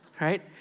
right